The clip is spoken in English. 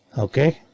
ok,